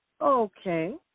Okay